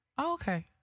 Okay